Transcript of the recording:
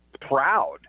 proud